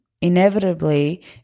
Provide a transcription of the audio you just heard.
inevitably